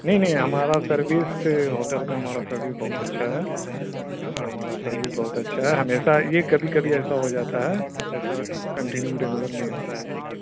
نہیں نہیں ہمارا سروس ہوٹل کا ہمارا سروس بہت اچھا ہے ہمارا سروس بہت اچھا ہے ہمیشہ یہ کبھی کبھی ایسا ہو جاتا ہے ایسا کنٹینیو ریگولر نہیں ہوتا ہے ایسا